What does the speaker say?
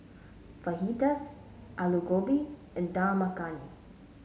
Fajitas Alu Gobi and Dal Makhani